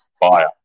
Fire